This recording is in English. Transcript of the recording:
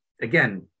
Again